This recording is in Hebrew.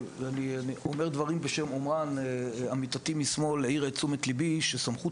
ואני אומר דברים בשם אומרם: עמיתתי משמאל העירה את תשומת לבי שסמכות